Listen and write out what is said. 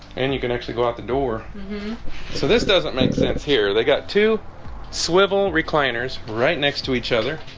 and you can actually go out the door so this doesn't make sense here. they got to swivel recliners right next to each other